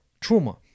trauma